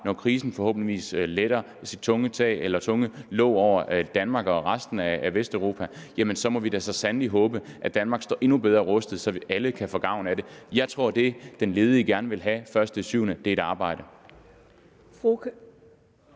Når krisen forhåbentlig letter sit tunge låg over Danmark og resten af Vesteuropa, må vi da så sandelig håbe, at Danmark står endnu bedre rustet, så vi alle kan få gavn af det. Jeg tror, at det, den ledige gerne vil have den 1.7., er et arbejde.